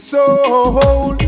Soul